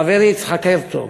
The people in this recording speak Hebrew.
חברי יצחק הרצוג.